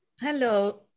Hello